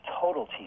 total